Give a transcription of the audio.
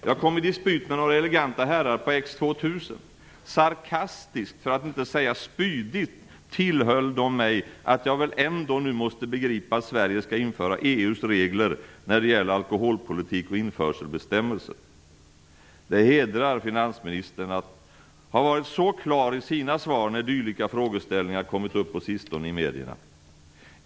Jag kom i dispyt med några eleganta herrar på X 2000. Sarkastiskt, för att inte säga spydigt, tillhöll de mig att jag väl nu ändå måste begripa att Sverige skall införa EU:s regler när det gäller alkoholpolitik och införselbestämmelser. Det hedrar finansministern att han har varit så klar i sina svar när dylika frågeställningar på sistone har kommit upp i medierna.